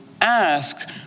ask